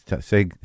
say